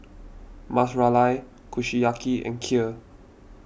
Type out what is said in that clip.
Ras Malai Kushiyaki and Kheer